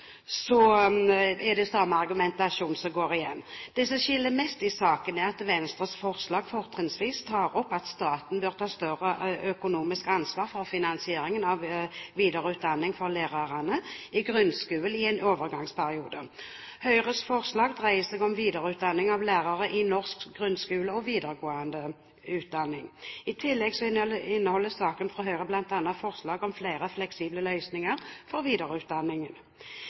igjen. Det som skiller mest i sakene, er at Venstres forslag fortrinnsvis tar opp at staten bør ta større økonomisk ansvar for finansieringen av videreutdanningen for lærerne i grunnskolen i en overgangsperiode. Høyres forslag dreier seg om videreutdanning av lærere i norsk grunnskole og videregående utdanning. I tillegg innholder representantforslaget fra Høyre bl.a. forslag om flere fleksible løsninger for videreutdanningen.